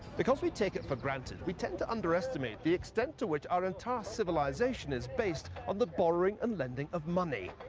because we take it for granted, we tend to underestimate the extent to which our entire civiiisation is based on the borrowing and iending of money.